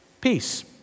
peace